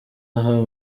aha